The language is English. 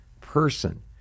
person